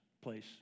place